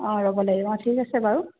অঁ ৰ'ব লাগিব অঁ ঠিক আছে বাৰু